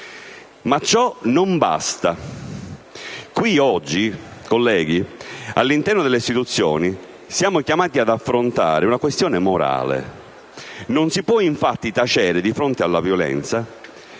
Ma ciò non basta. Oggi, colleghi, qui e all'interno delle istituzioni, siamo chiamati ad affrontare una questione morale. Non si può infatti tacere di fronte alla violenza.